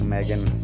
Megan